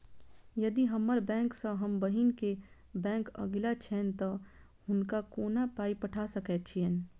यदि हम्मर बैंक सँ हम बहिन केँ बैंक अगिला छैन तऽ हुनका कोना पाई पठा सकैत छीयैन?